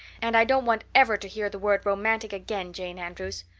and i don't want ever to hear the word romantic again, jane andrews.